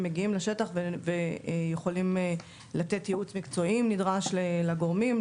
מגיעים לשטח ויכולים לתת ייעוץ מקצועי אם נדרש לגורמים,